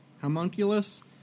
homunculus